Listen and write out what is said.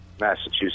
Massachusetts